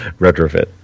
retrofit